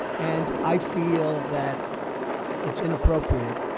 and i feel that it's inappropriate,